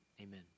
Amen